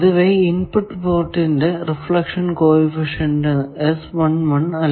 പൊതുവെ ഇൻപുട് പോർട്ടിന്റെ reflection coefficient അല്ല